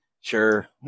Sure